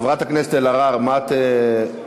חברת הכנסת אלהרר, מה את,